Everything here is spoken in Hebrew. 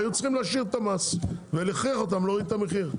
היו צריכים להשאיר את המס ולהכריח אותם להוריד את המחיר.